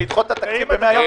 בלדחות את התקציב ב-100 יום?